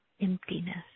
emptiness